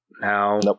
now